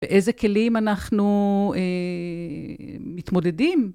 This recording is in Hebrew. באיזה כלים אנחנו מתמודדים.